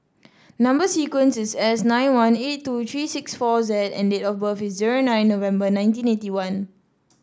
number sequence is S nine one eight two three six four Z and date of birth is zero nine November nineteen eighty one